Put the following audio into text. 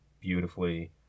beautifully